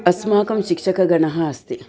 अस्माकं शिक्षकगणः अस्ति